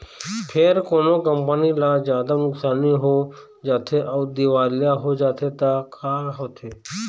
फेर कोनो कंपनी ल जादा नुकसानी हो जाथे अउ दिवालिया हो जाथे त का होथे?